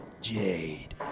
Jade